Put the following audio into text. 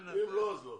ואם לא אז לא.